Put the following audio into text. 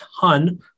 ton